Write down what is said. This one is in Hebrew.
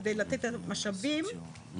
על מנת לתת משאבים לשכונות,